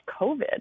COVID